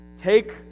take